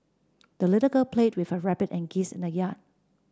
the little girl played with her rabbit and geese in the yard